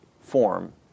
form